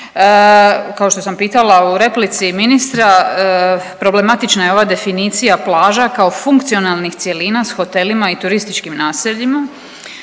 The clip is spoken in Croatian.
Kao što sam pitala u replici i ministra, problematična je ova definicija plaža kao funkcionalnih cjelina s hotelima i turističkim naseljima,